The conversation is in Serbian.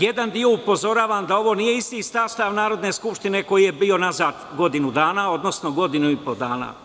Jedan deo upozoravam da ovo nije isti sastav Narodna skupština koji je bio nazad godinu dana, odnosno godinu i po dana.